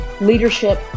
leadership